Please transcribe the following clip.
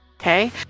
Okay